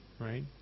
right